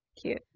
Cute